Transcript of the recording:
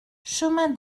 chemin